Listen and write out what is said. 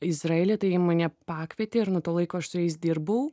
izraelyje tai mane pakvietė ir nuo to laiko aš su jais dirbau